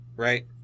right